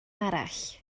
arall